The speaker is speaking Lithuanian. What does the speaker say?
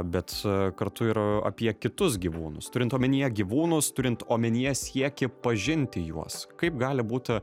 bet kartu yra apie kitus gyvūnus turint omenyje gyvūnus turint omenyje siekį pažinti juos kaip gali būti